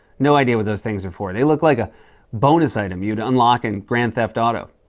no idea what those things are for. they look like a bonus item you'd unlock in grand theft auto.